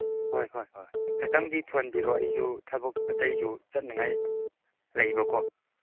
ꯍꯣꯏ ꯍꯣꯏ ꯍꯣꯏ ꯈꯇꯪꯗꯤ ꯊꯨꯍꯟꯕꯤꯔꯛꯑꯣ ꯑꯩꯁꯨ ꯊꯕꯛ ꯑꯇꯩꯁꯨ ꯆꯠꯅꯉꯥꯏ ꯂꯩꯕꯀꯣ